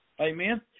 Amen